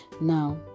Now